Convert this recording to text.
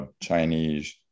Chinese